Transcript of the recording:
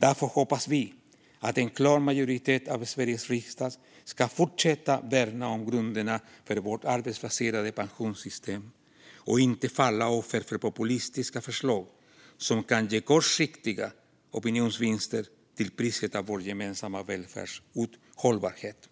Därför hoppas vi att en klar majoritet av Sveriges riksdag ska fortsätta värna om grunderna för vårt arbetsbaserade pensionssystem och inte falla offer för populistiska förslag som kan ge kortsiktiga opinionsvinster till priset av vår gemensamma välfärds hållbarhet.